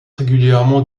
régulièrement